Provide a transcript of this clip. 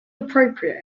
appropriate